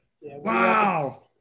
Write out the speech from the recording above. Wow